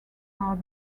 are